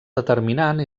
determinant